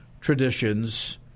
traditions